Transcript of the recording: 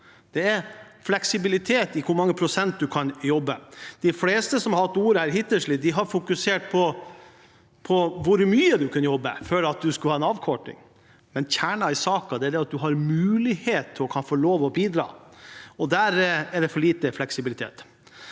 fleksibilitet i hvor mange prosent man kan jobbe. De fleste som har hatt ordet hittil, har fokusert på hvor mye man kan jobbe før man får en avkorting, men kjernen i saken er å ha mulighet og lov til å bidra, og der er det for lite fleksibilitet.